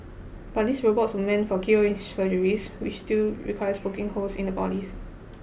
but these robots were meant for keyhole surgeries which still requires poking holes in the bodies